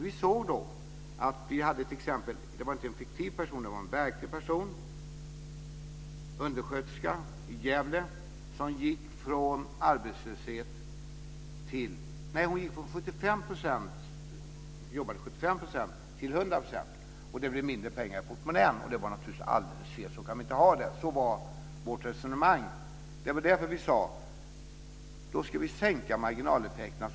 Vi hade ett exempel med en verklig person, en undersköterska i Gävle, som gick från att jobba 75 % till att jobba 100 %, och det blev mindre pengar i portmonnän. Det var naturligtvis alldeles fel. Så kunde vi inte ha det. Så resonerade vi. Det var därför vi sade att vi skulle sänka marginaleffekterna.